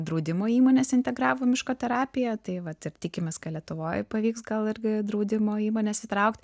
draudimo įmonės integravo miško terapiją tai vat ir tikimės kad lietuvoj pavyks gal irgi draudimo įmones įtraukt